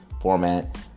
format